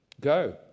Go